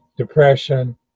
depression